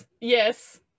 Yes